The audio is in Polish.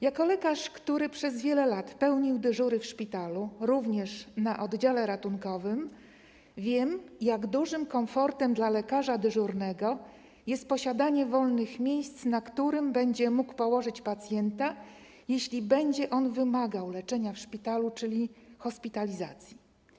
Jako lekarz, który przez wiele lat pełnił dyżury w szpitalu, również na oddziale ratunkowym, wiem, jak dużym komfortem dla lekarza dyżurnego jest posiadanie wolnych miejsc, na których będzie mógł położyć pacjenta, jeśli będzie wymagał on leczenia w szpitalu, czyli hospitalizacji.